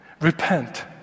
Repent